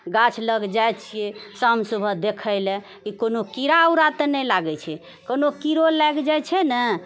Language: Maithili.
गाछ लग जाइ छियै शाम सुबह देखै लए कि कोनो कीड़ा उड़ा तऽ नहि लागै छै कोनो कीड़ो लागि जाइ छै ने